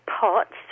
pots